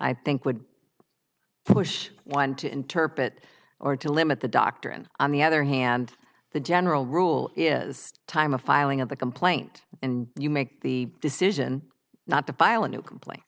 i think would push one to interpret or to limit the doctrine on the other hand the general rule is time a filing of the complaint and you make the decision not to file a new complain